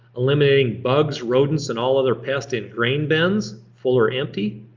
eliminating bugs, rodents, and all other pests in grain bins, full or empty,